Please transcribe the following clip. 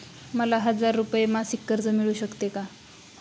मला हजार रुपये मासिक कर्ज मिळू शकते का?